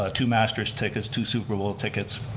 ah two masters tickets, two super bowl tickets.